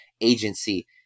agency